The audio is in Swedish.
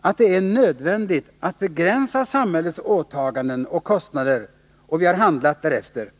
att det är nödvändigt att begränsa samhällets åtaganden och kostnader, och vi har handlat därefter.